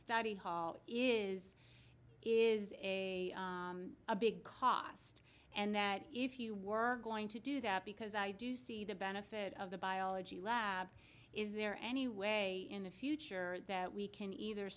study hall is is a big cost and that if you were going to do that because i do see the benefit of the biology lab is there any way in the future that we can either